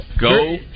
Go